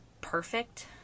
perfect